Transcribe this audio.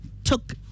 took